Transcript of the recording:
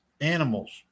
animals